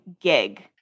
gig